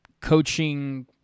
coaching